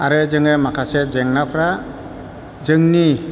आरो जोङो माखासे जेंनाफ्रा जोंनि